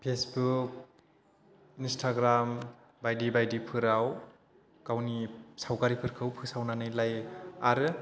Facebook Instagram बायदि बायदिफोराव गावनि सावगारिफोरखौ फोसावनानै लायो आरो